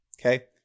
Okay